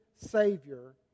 savior